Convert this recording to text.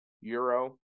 Euro